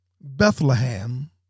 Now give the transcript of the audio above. Bethlehem